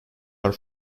are